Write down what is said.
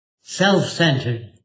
Self-centered